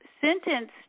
sentenced